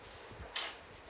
hmm